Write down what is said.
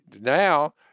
Now